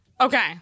Okay